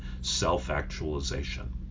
self-actualization